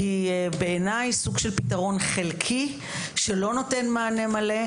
היא בעיניי סוג של פתרון חלקי שלא נותן מענה מלא,